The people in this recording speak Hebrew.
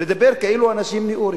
ולדבר כאילו אנשים נאורים.